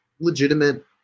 legitimate